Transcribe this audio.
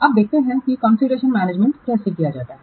अब देखते हैं कि कॉन्फ़िगरेशन मैनेजमेंट कैसे किया जाता है